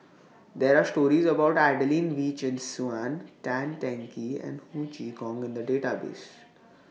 There Are stories about Adelene Wee Chin Suan Tan Teng Kee and Ho Chee Kong in The Database